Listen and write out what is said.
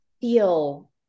feel